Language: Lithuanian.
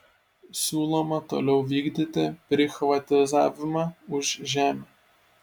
siūloma toliau vykdyti prichvatizavimą už žemę